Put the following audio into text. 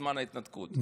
בזמן ההתנתקות.